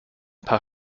paar